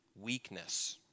Weakness